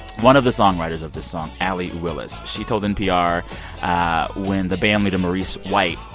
one of the songwriters of the song, allee willis she told npr when the band leader, maurice white,